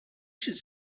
should